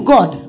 God